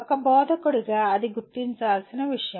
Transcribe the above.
ఒక బోధకుడిగా అది గుర్తించాల్సిన విషయం